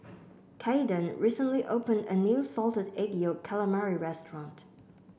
Caiden recently opened a new Salted Egg Yolk Calamari restaurant